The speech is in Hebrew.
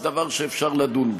זה דבר שאפשר לדון בו.